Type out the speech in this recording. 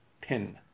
pin